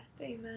Amen